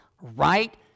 right